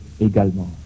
également